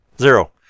Zero